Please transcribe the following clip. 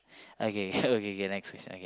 okay okay okay okay next question okay